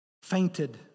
fainted